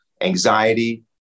anxiety